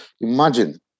Imagine